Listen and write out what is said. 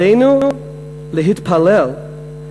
עלינו להתפלל.